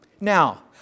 now